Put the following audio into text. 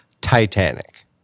Titanic